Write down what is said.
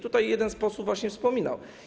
Tutaj jeden z posłów właśnie wspominał.